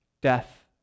Death